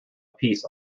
piece